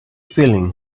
feeling